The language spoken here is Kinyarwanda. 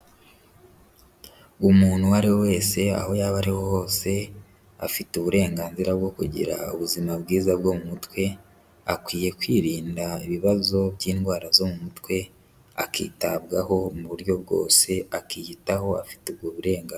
Umuntu uwo ariwe wese aho yaba ariho hose afite uburenganzira bwo kugira ubuzima bwiza bwo mu mutwe, akwiye kwirinda ibibazo by'indwara zo mu mutwe, akitabwaho mu buryo bwose, akiyitaho afite ubwo burenganzira.